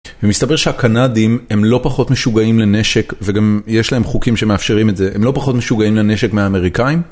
ומסתבר שהקנדים הם לא פחות משוגעים לנשק וגם יש להם חוקים שמאפשרים את זה הם לא פחות משוגעים לנשק מאמריקאים.